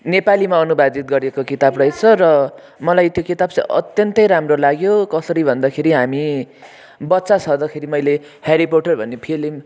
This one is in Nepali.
नेपालीमा अनुवादित गरिएको किताब रहेछ र मलाई त्यो किताब चाहिँ अत्यन्तै राम्रो लाग्यो कसरी भन्दाखेरि हामी बच्चा छँदाखेरि मैले हेरी पोटर भन्ने फिल्म